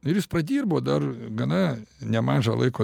ir jis pradirbo dar gana nemažą laiko